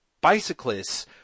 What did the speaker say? bicyclists